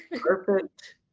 perfect